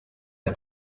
der